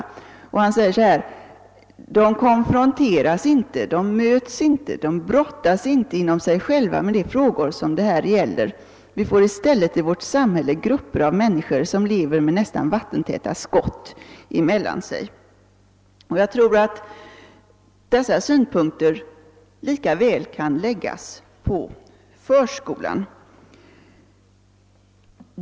De konfronteras inte, de möts inte, de brottas inte inom sig själva med de frågor som det här gäller. Vi får i stället i vårt samhälle grupper av människor som lever med nästan vattentäta skott emellan sig.» Dessa synpunkter kan lika väl läggas på förskolan.